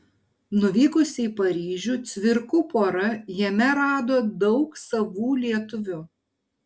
nuvykusi į paryžių cvirkų pora jame rado daug savų lietuvių